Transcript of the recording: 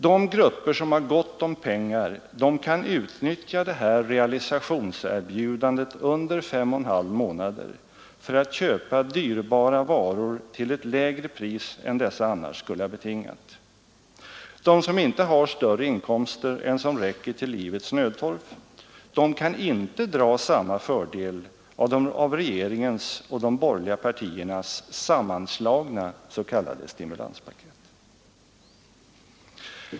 De grupper som har gott om pengar kan utnyttja det här realisationserbjudandet under fem och en halv månader för att köpa dyrbara varor till ett lägre pris än dessa annars skulle ha betingat, de som inte har större inkomster än som räcker till livets nödtorft kan inte dra samma fördel av regeringens och de borgerliga partiernas sammanslagna s.k. stimulanspaket.